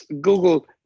Google